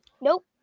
Nope